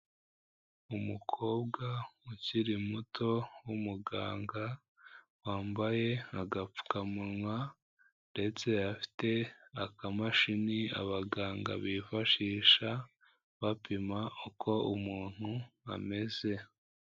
Umukobwa ukiri muto w'umuganga wambaye agapfukamunwa ndetse afite akamashini abaganga bifashisha bapima uko umuntu ameze.